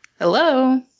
Hello